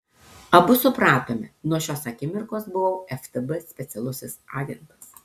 abu supratome nuo šios akimirkos buvau ftb specialusis agentas